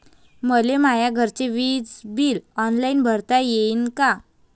मले माया घरचे विज बिल ऑनलाईन भरता येईन का?